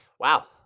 Wow